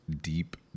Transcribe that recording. deep